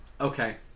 Okay